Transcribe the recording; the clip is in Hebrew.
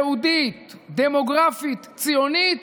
יהודית, דמוגרפית, ציונית,